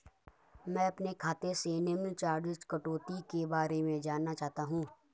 मैं अपने खाते से निम्न चार्जिज़ कटौती के बारे में जानना चाहता हूँ?